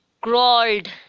crawled